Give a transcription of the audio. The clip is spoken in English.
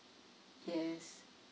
yes